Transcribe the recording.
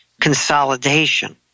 consolidation